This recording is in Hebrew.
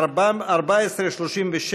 מס' 1437,